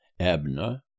Abna